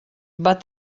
but